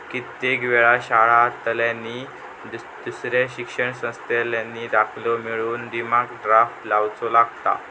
कित्येक वेळा शाळांतल्यानी नि दुसऱ्या शिक्षण संस्थांतल्यानी दाखलो मिळवूक डिमांड ड्राफ्ट लावुचो लागता